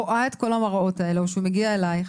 רואה את כל המראות האלה או שהוא מגיע אלייך.